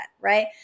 right